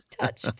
Touch